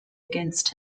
against